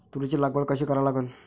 तुरीची लागवड कशी करा लागन?